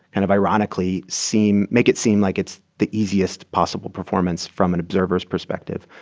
and of ironically, seem make it seem like it's the easiest possible performance, from an observer's perspective.